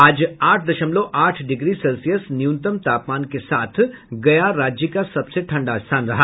आज आठ दशमलव आठ डिग्री सेल्सियस न्यूनतम तापमान के साथ गया राज्य का सबसे ठंडा स्थान रहा